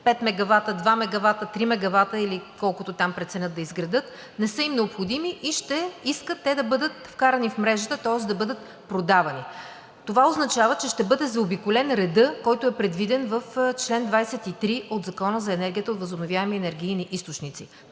5 мегавата, 2 мегавата, 3 мегавата или колкото там преценят да изградят, не са им необходими и ще искат те да бъдат вкарани в мрежата, тоест да бъдат продавани. Това означава, че ще бъде заобиколен редът, който е предвиден в чл. 23 от Закона за енергията от възобновяеми енергийни източници.